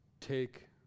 take